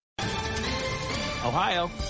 Ohio